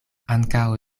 ankaŭ